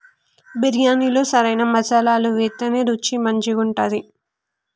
బిర్యాణిలో సరైన మసాలాలు వేత్తేనే రుచి మంచిగుంటది